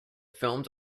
filmed